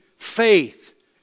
Faith